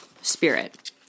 spirit